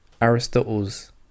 Aristotle's